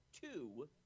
two